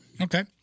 Okay